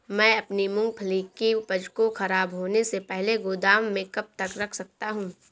मैं अपनी मूँगफली की उपज को ख़राब होने से पहले गोदाम में कब तक रख सकता हूँ?